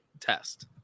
test